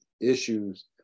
issues